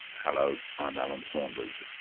hello, i'm alan saunders.